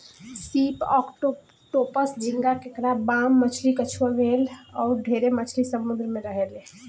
सीप, ऑक्टोपस, झींगा, केकड़ा, बाम मछली, कछुआ, व्हेल अउर ढेरे मछली समुंद्र में रहेले